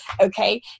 okay